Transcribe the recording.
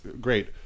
great